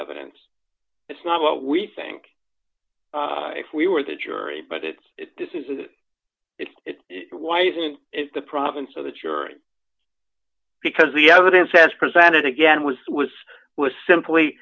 evidence it's not what we think if we were the jury but it's this is why isn't it the province of the jury because the evidence as presented again was was was simply